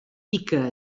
pica